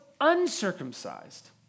uncircumcised